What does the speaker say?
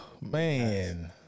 Man